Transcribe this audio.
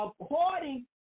according